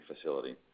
facility